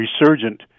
resurgent